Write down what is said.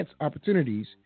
opportunities